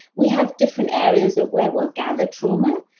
we have different areas of where we'll gather trauma.